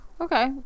Okay